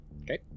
Okay